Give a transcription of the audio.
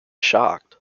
shocked